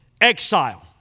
exile